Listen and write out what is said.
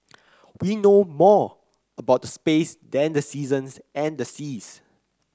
we know more about space than the seasons and the seas